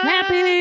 Happy